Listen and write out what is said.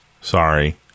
sorry